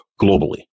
globally